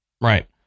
right